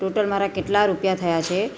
total મારા કેટલા રૂપિયા થયા છે